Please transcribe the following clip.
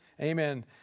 Amen